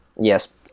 Yes